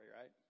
right